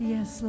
Yes